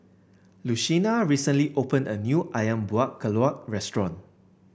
Lucina recently opened a new ayam Buah Keluak restaurant